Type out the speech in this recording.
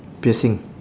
piercing